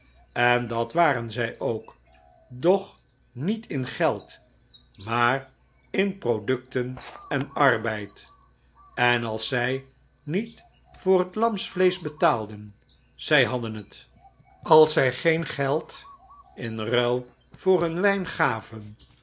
en dat waren zij ook doch niet in geld maar in producten en arbeid en als zij niet voor het lamsvleesch betaalden zij hadden het als zij geen geld in ruil voor hun wijn gaven